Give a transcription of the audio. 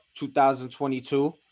2022